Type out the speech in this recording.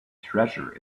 treasure